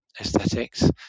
aesthetics